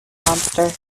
monster